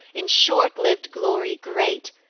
in short liv'd glory great,